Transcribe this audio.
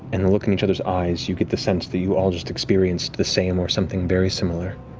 and the look in each other's eyes, you get the sense that you all just experienced the same, or something very similar.